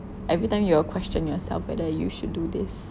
every time you will question yourself whether you should do this